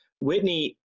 Whitney